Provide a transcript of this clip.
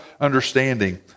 understanding